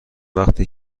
وقتی